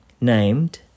named